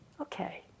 Okay